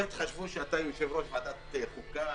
אפשרות לצאת בהסדר של הבדיקות,